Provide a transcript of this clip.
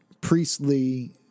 priestly